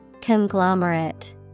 Conglomerate